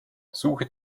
suche